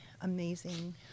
amazing